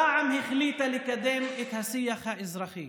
רע"מ החליטה לקדם את השיח האזרחי